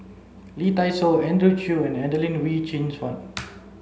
Lee Dai Soh Andrew Chew and Adelene Wee Chin Suan